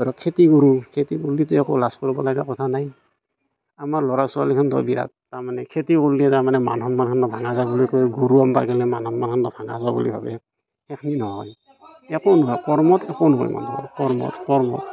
ধৰক খেতি কৰোঁ খেতি কৰিলে একো লাজ কৰিব লগা কথা নাই আমাৰ ল'ৰা ছোৱালীহঁতৰ বিৰাট তাৰমানে খেতি কৰিলে তাৰমানে